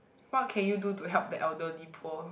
what can you do to help the elderly poor